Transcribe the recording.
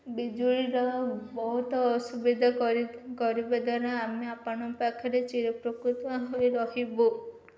ବିଜୁଳିର ବହୁତ ଅସୁବିଧା କରିବା ଦ୍ୱାରା ଆମେ ଆପଣଙ୍କ ପାଖରେ ଚିରୋପକୃତ ହୋଇ ରହିବୁ